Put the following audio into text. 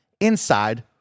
Inside